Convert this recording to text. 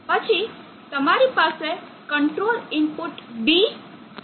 પછી તમારી પાસે કંટ્રોલ ઇનપુટ D અને R0 છે